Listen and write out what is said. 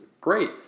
great